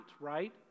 right